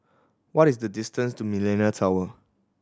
what is the distance to Millenia Tower